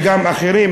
וגם אחרים,